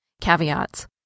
Caveats